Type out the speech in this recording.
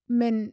men